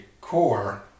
core